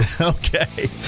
okay